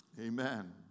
Amen